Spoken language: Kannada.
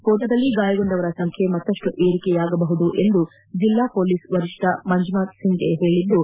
ಸ್ಕೋಟದಲ್ಲಿ ಗಾಯಗೊಂಡವರ ಸಂಬ್ಯೆ ಮತ್ತಪ್ಪು ಏರಿಕೆಯಾಗಬಹುದು ಎಂದು ಜಿಲ್ಲಾ ಪೊಲೀಸ್ ವರಿಷ್ಠ ಮಂಜುನಾಥ್ ಸಿಂಫೆ ಹೇಳಿದ್ದು